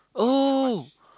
oh